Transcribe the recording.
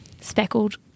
speckled